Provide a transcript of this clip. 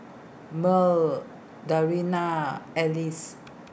Mearl Dariana Alice